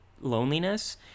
loneliness